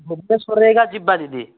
ଭୁବନେଶ୍ୱର ହେଇକା ଯିବା ଦିଦି